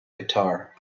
guitar